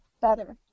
better